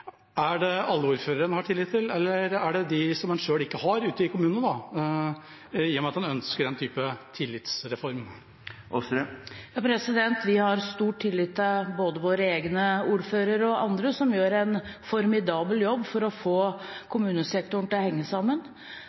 Er det alle ordførere en har tillit til, eller gjelder det dem som en selv ikke har ute i kommunene, i og med at en ønsker en type tillitsreform? Vi har stor tillit til både våre egne ordførere og andre, som gjør en formidabel jobb for å få kommunesektoren til å henge sammen,